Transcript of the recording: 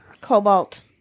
Cobalt